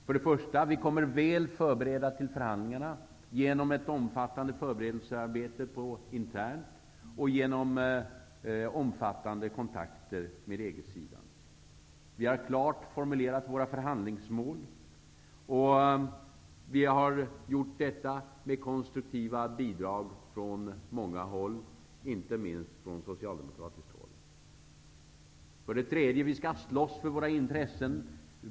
För det första kommer vi väl förberedda till förhandlingarna genom ett omfattande förberedelsearbete internt och genom omfattande kontakter med EG-sidan. För det andra har vi klart formulerat våra förhandlingsmål, och vi har gjort detta med konstruktiva bidrag från många håll, inte minst från socialdemokratiskt håll. För det tredje skall vi slåss för våra intressen.